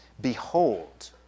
Behold